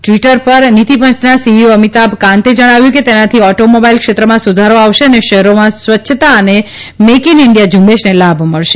Twitter પર નીતિપંચના CEO Amitabh કાંતે જણાવ્યું કે તેનાથી ઓટોમોબાઇલ ક્ષેત્રમાં સુધારો આવશે અને શહેરોમાં સ્વચ્છતા તથા મેઇક ઇન ઇન્ડીયા ઝુંબેશને લાભ મળશે